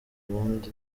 ubundi